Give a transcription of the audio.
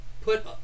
put